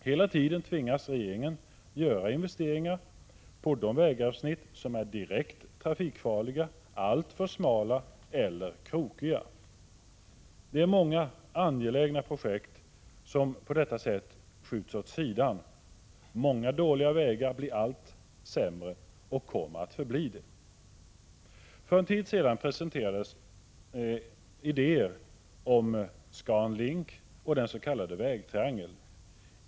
Hela tiden tvingas regeringen göra investeringar på de vägavsnitt som är direkt trafikfarliga eller alltför smala eller krokiga. Många angelägna projekt skjuts på detta sätt åt sidan. Många dåliga vägar blir allt sämre och kommer att förbli dåliga. För en tid sedan presenterades idéer om ScanLink och den s.k. vägtriangeln.